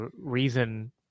reason